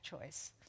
choice